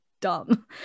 dumb